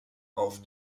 auf